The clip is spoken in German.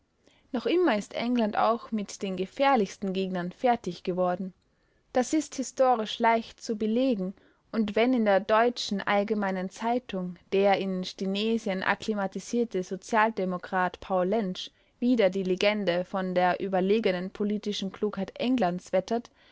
noch immer ist england auch mit den gefährlichsten gegnern fertig geworden das ist historisch leicht zu belegen und wenn in der deutschen allgemeinen zeitung der in stinnesien akklimatisierte sozialdemokrat paul lensch wider die legende von der überlegenen politischen klugheit englands wettert